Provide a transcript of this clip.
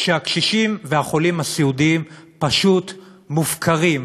שהקשישים והחולים הסיעודיים פשוט מופקרים.